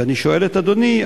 ואני שואל את אדוני,